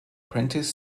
prentice